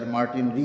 Martin